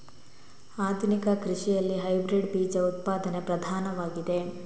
ಆಧುನಿಕ ಕೃಷಿಯಲ್ಲಿ ಹೈಬ್ರಿಡ್ ಬೀಜ ಉತ್ಪಾದನೆ ಪ್ರಧಾನವಾಗಿದೆ